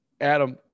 adam